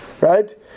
right